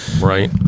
Right